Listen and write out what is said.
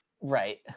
Right